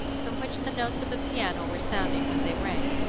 from which the notes of a piano were sounding when they rang,